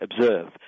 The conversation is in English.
observe